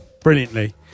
brilliantly